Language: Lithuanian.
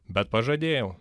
bet pažadėjau